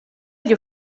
gli